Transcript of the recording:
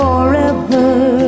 Forever